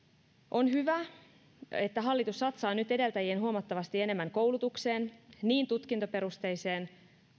on hyvä että hallitus satsaa nyt edeltäjiään huomattavasti enemmän koulutukseen niin tutkintoperusteiseen